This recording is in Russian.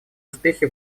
успехи